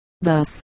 Thus